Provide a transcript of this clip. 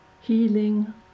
healing